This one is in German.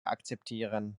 akzeptieren